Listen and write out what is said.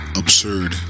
absurd